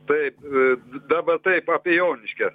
taip dabar taip apie joniškį